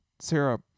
Sarah